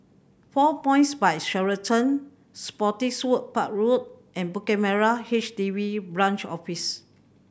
Four Points By Sheraton Spottiswoode Park Road and Bukit Merah H D B Branch Office